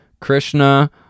Krishna